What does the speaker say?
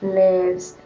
lives